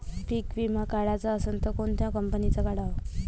पीक विमा काढाचा असन त कोनत्या कंपनीचा काढाव?